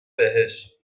بهش